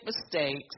mistakes